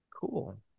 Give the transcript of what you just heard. Cool